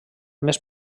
més